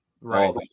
Right